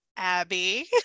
Abby